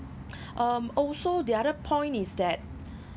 um also the other point is that